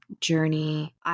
journey